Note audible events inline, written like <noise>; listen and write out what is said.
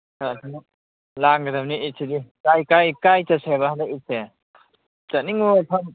<unintelligible> ꯂꯥꯡꯒꯗꯝꯅꯤ ꯏꯠꯁꯤꯗꯤ ꯀꯥꯏ ꯀꯥꯏ ꯀꯥꯏ ꯆꯠꯁꯦꯕ ꯍꯟꯗꯛ ꯏꯠꯁꯦ ꯆꯠꯅꯤꯡꯕ ꯃꯐꯝ